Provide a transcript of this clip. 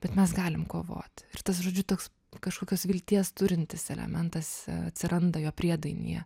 bet mes galim kovoti ir tas žodžiu toks kažkokios vilties turintis elementas atsiranda jo priedainyje